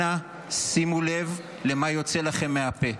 אנא שימו לב למה יוצא לכם מהפה.